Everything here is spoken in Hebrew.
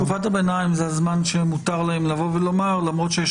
תקופת הביניים זה הזמן שמותר להם לומר: למרות שיש